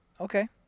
Okay